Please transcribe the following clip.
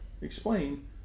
explain